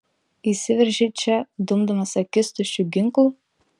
įsiveržei čia dumdamas akis tuščiu ginklu